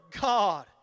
God